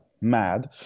mad